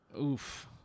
Oof